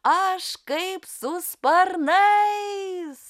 aš kaip su sparnais